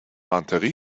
منطقی